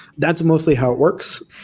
that's mostly how it works.